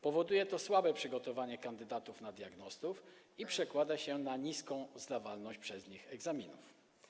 Powoduje to słabe przygotowanie kandydatów na diagnostów i przekłada się na niską zdawalność przez nich egzaminów.